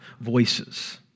voices